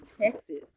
texas